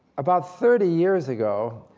about thirty years ago,